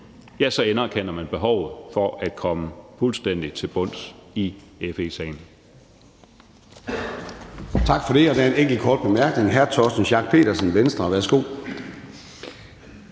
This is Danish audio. nu, så anerkender man behovet for at komme fuldstændig til bunds i FE-sagen.